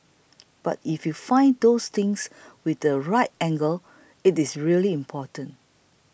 but if you find those things with the right angle it's really important